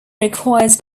requires